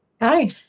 Hi